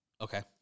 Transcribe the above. Okay